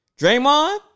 Draymond